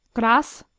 gras,